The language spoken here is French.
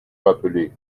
rappeler